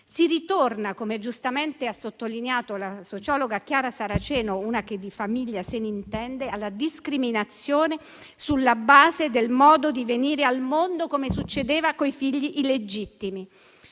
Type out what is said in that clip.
Si ritorna, come giustamente ha sottolineato la sociologa Chiara Saraceno, che di famiglia se ne intende, alla discriminazione sulla base del modo di venire al mondo, come succedeva con i figli illegittimi.